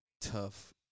tough